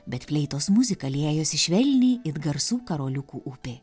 bet fleitos muzika liejosi švelniai it garsų karoliukų upė